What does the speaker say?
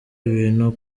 ibintu